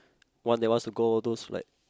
one that wants to go those like